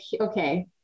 okay